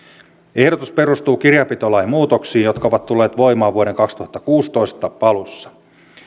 ehdotus perustuu kirjanpitolain muutoksiin jotka ovat tulleet voimaan vuoden kaksituhattakuusitoista alussa